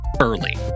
early